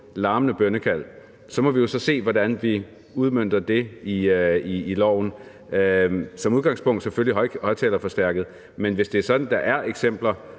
larmende bønnekald. Så må vi jo så se, hvordan vi udmønter det i loven. Som udgangspunkt er det selvfølgelig højtalerforstærkede kald, men hvis det er sådan, at der er eksempler